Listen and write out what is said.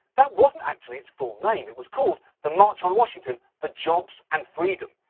that wasn't actually its full name, it was called the march on washington for jobs and freedom.